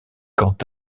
quant